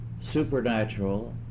supernatural